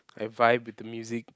and vibe with the music